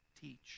teach